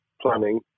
planning